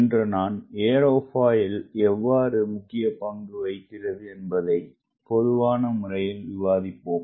இன்று நான்ஏரோபாயில் எவ்வாறு முக்கிய பங்குவகிக்கிறதுஎன்பதை பற்றிபொதுவான முறையில் விவாதிப்போம்